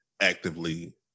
actively